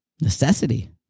necessity